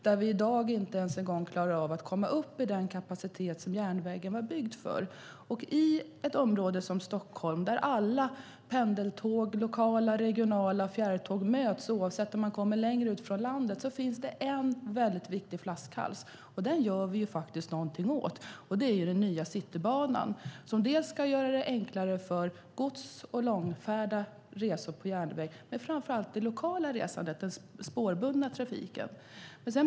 Där klarar vi i dag inte ens av att komma upp i den kapacitet som järnvägen var byggd för. I ett område som Stockholm, där alla pendeltåg, lokala tåg och regionala tåg och fjärrtåg möts oavsett om de kommer längre ifrån utifrån landet finns det en viktig flaskhals, och den gör vi någonting åt. Det handlar om den nya Citybanan som ska göra det enklare för gods och långväga resor på järnväg. Men det gäller framför allt det lokala resandet - den spårbundna trafiken.